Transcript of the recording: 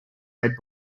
red